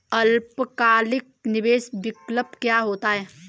अल्पकालिक निवेश विकल्प क्या होता है?